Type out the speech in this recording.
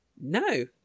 No